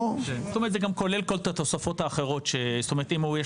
גם כולל את כל התוספות האחרות; אם יש